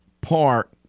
Park